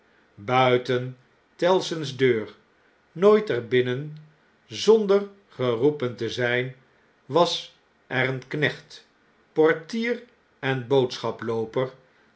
tellson's deur nooit er binnen zonder geroepen te zgn was er een knecht portier en